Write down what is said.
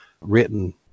written